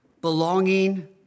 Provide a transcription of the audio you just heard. Belonging